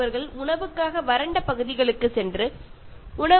അവിടെ അവർ ആഹാരത്തിനും മറ്റ് അവശ്യ വസ്തുക്കൾക്കും വേണ്ടി യുദ്ധം ചെയ്യേണ്ടി വരുന്നു